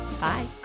Bye